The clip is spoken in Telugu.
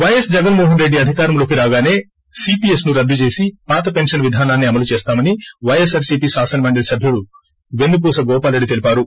వైఎస్ జగన్మోహన్ రెడ్డి అధికారంలోకి రాగాసే సీపీఎస్ను రద్దు చేసి పాత పెన్షన్ విధానాస్పే ఓపీఎస్ అమలు చేస్తామని వైఎస్పార్సీపీ శాసనమండలి సబ్యుడు వెన్న పూస గోపాల్ రెడ్డి తెలిపారు